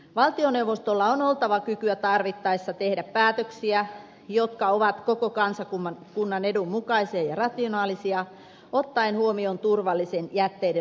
valtioneuvostolla on oltava kykyä tarvittaessa tehdä päätöksiä jotka ovat koko kansakunnan edun mukaisia ja rationaalisia ottaen huomioon jätteiden turvallisen loppusijoituksen